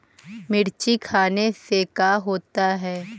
मिर्ची खाने से का होता है?